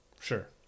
Sure